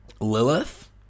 Lilith